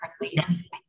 correctly